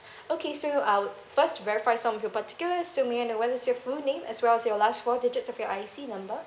okay so I'll first verify some of your particulars so may I know what is your full name as well as your last four digits of your I_C number